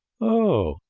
oh,